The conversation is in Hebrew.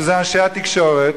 שזה אנשי התקשורת,